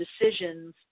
decisions